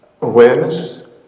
awareness